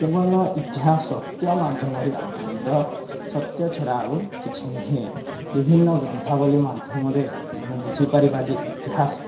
କେବଳ ଇତିହାସ ସତ୍ୟ ମାଧ୍ୟମରେ ଆଧାରିତ ସତ୍ୟ ଛଡ଼ା ଆଉ କିଛି ନୁହେଁ ବିଭିନ୍ନ ଗ୍ରନ୍ଥାବଳୀ ମାଧ୍ୟମରେ ଆମେ ବୁଝିପାରିବା ଯେ ଇତିହାସ